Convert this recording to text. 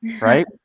Right